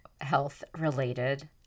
health-related